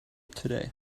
today